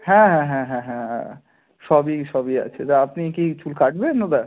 হ্যাঁ হ্যাঁ হ্যাঁ হ্যাঁ হ্যাঁ হ্যাঁ সবই সবই আছে তা আপনি কি চুল কাটবেন দাদা